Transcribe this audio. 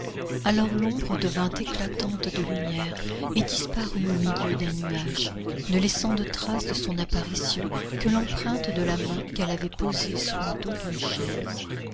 alors l'ombre devint éclatante de lumière et disparut au milieu d'un nuage ne laissant de traces de son apparition que l'empreinte de la main qu'elle avait posé sur le dos d'une chaise